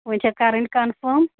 وۄنۍ چھا کَرٕنۍ کَنفٲرٕم